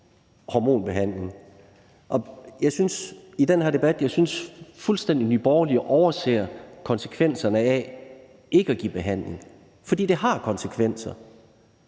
hormonbehandling. Jeg synes, at Nye Borgerlige i den her debat fuldstændig overser konsekvenserne af ikke at give behandling. For det har konsekvenser.